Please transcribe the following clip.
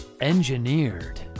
Engineered